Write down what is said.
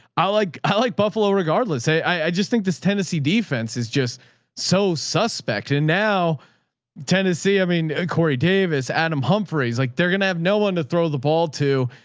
i like, i like buffalo regardless. hey, i just think this tennessee defense is just so suspect. and now tennessee, i mean corey davis, adam humphries, like they're going to have no one to throw the ball to.